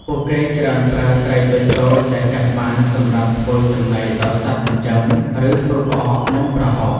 ពួកគេច្រើនប្រើ ត្រីតូចៗ ដែលចាប់បានសម្រាប់ធ្វើចំណីដល់សត្វចិញ្ចឹម ឬធ្វើផ្អក និង ប្រហុក។